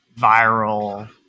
viral